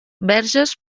verges